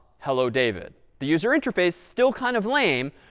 hello, david. the user interface is still kind of lame,